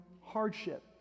hardship